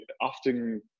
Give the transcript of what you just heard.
often